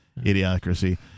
idiocracy